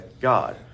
God